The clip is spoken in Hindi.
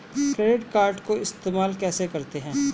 क्रेडिट कार्ड को इस्तेमाल कैसे करते हैं?